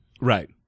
Right